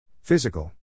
Physical